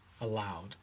allowed